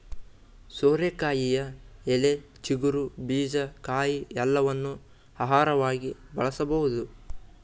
ಸೋರೆಕಾಯಿಯ ಎಲೆ, ಚಿಗುರು, ಬೀಜ, ಕಾಯಿ ಎಲ್ಲವನ್ನೂ ಆಹಾರವಾಗಿ ಬಳಸಬೋದು